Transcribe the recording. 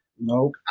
Nope